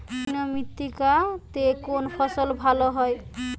কৃষ্ণ মৃত্তিকা তে কোন ফসল ভালো হয়?